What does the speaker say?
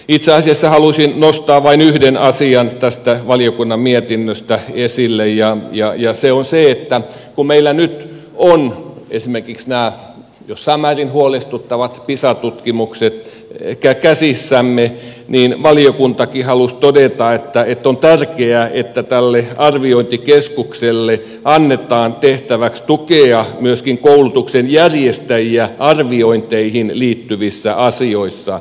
itse asiassa halusin nostaa vain yhden asian tästä valiokunnan mietinnöstä esille ja se on se että kun meillä nyt on esimerkiksi nämä jossain määrin huolestuttavat pisa tutkimukset käsissämme niin valiokuntakin halusi todeta että on tärkeää että tälle arviointikeskukselle annetaan tehtäväksi tukea myöskin koulutuksen järjestäjiä arviointeihin liittyvissä asioissa